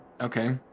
Okay